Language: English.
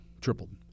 tripled